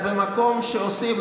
את במקום שבו עושים,